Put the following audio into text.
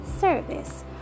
service